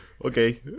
Okay